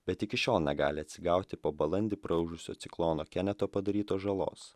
bet iki šiol negali atsigauti po balandį praūžusio ciklono keneto padarytos žalos